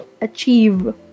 achieve